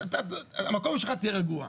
המקום שלך, תהיה רגוע.